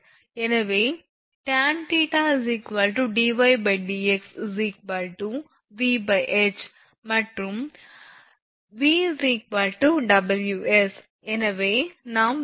எனவே tanθ dydx VH மற்றும் V Ws எனவே நாம் V Ws ஐ மாற்றுகிறோம்